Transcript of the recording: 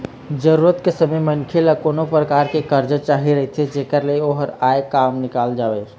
जरूरत के समे मनखे ल कोनो परकार के करजा चाही रहिथे जेखर ले ओखर आय काम निकल जावय